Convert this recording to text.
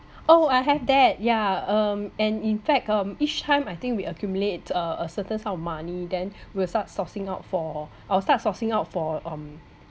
oh I have that yeah um and in fact um each time I think we accumulate uh a certain sum of money then we'll start sourcing out for I'll start sourcing out for um